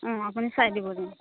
অঁ আপুনি চাই দিবহি